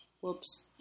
Whoops